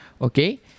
okay